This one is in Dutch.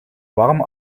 warme